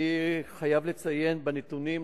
אני חייב לציין בנתונים,